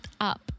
up